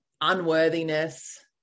unworthiness